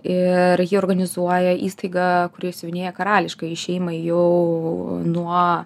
ir jį organizuoja įstaiga kuri siuvinėja karališkajai šeimai jau nuo